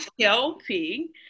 helping